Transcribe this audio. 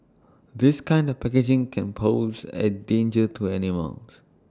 this kind of packaging can pose A danger to animals